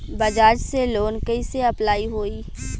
बजाज से लोन कईसे अप्लाई होई?